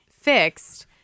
fixed